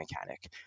mechanic